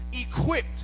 equipped